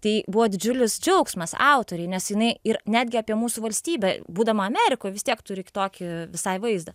tai buvo didžiulis džiaugsmas autorei nes jinai ir netgi apie mūsų valstybę būdama amerikoj vis tiek turi tokį visai vaizdą